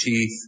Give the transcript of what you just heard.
teeth